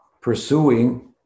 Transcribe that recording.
pursuing